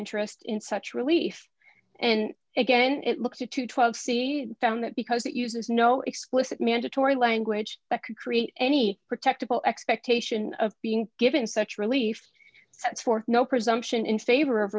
interest in such relief and again it looked to to twelve c found it because it uses no explicit mandatory language that could create any protectable expectation of being given such relief sets forth no presumption in favor of